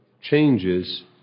changes